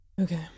Okay